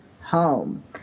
home